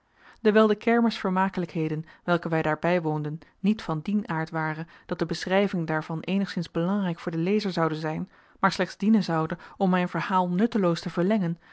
dewijl de kermisvermakelijkheden welke wij daar bijwoonden niet van dien aard waren dat de beschrijving daarvan eenigszins belangrijk voor den lezer zoude zijn maar slechts dienen zoude om mijn verhaal nutteloos te verlengen